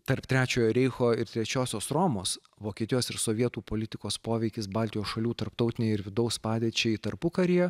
tarp trečiojo reicho ir trečiosios romos vokietijos ir sovietų politikos poveikis baltijos šalių tarptautinei ir vidaus padėčiai tarpukaryje